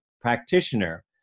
practitioner